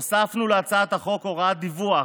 הוספנו להצעת החוק הוראת דיווח,